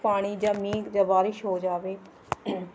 ਪਾਣੀ ਜਾਂ ਮੀਂਹ ਜਾਂ ਬਾਰਿਸ਼ ਹੋ ਜਾਵੇ